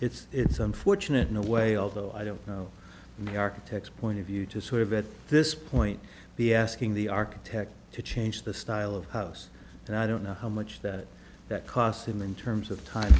it's it's unfortunate in a way although i don't know the architects point of view to sort of at this point be asking the architect to change the style of house and i don't know how much that that cost him in terms of time